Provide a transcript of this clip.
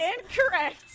Incorrect